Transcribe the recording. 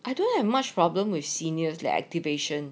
I don't have much problem with seniors like activation